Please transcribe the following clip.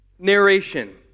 Narration